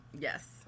yes